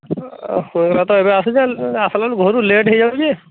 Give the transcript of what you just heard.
ଓ ଏବେ ତ ଆସି ଆସିଲା ବେଳକୁ ବହୁତ ଲେଟ୍ ହୋଇଯାଇଛି